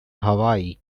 hawaii